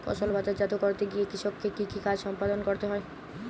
ফসল বাজারজাত করতে গিয়ে কৃষককে কি কি কাজ সম্পাদন করতে হয়?